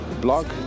blog